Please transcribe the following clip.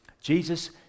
Jesus